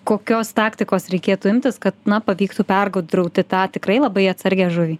kokios taktikos reikėtų imtis kad pavyktų pergudrauti tą tikrai labai atsargią žuvį